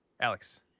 Alex